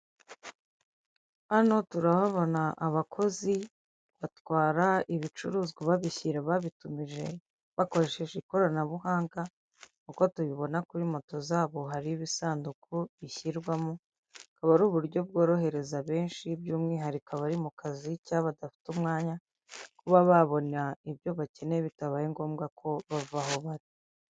Hano turahabona abakozi batwara ibicuruzwa, babishyira babitumije, bakoresheje ikoranabuhanga, uko tubibona kuri moto zabo, hariho ibisanduku bishyirwamo, bukaba ari uburyo bworohereza benshi, by'umwihariko aba mu kazi, cya badafite umwanya, kuba babona ibyo bakeneye, bitabaye ngombwa ko bava aho bari.